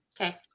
Okay